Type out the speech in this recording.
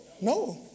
No